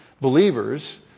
believers